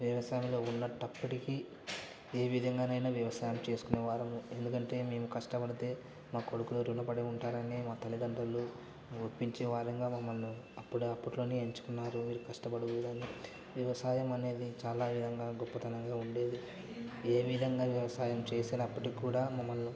వ్యవసాయంలో ఉన్నప్పటికీ ఏ విధంగానైనా వ్యవసాయం చేసుకునేవారము ఎందుకంటే మేము కష్టపడితే మా కొడుకులు రుణపడి ఉంటారని మా తల్లిదండ్రులు ఒప్పించేవారంగా మమ్మల్ని అప్పుడు అప్పట్లోనే ఎంచుకున్నారు వీరు కష్టపడకూడదని వీరు వ్యవసాయం అనేది చాలా విధంగా గొప్పతనంగా ఉండేది ఏ విధంగా వ్యవసాయం చేసినప్పటికి కూడా మమ్మల్ని